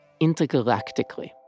intergalactically